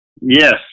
Yes